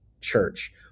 church